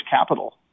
capital